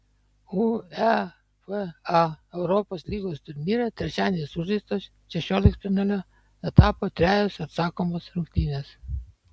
uefa europos lygos turnyre trečiadienį sužaistos šešioliktfinalio etapo trejos atsakomos rungtynės